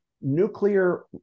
nuclear